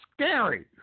scary